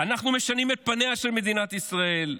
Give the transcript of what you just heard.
אנחנו משנים את פניה של מדינת ישראל.